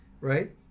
Right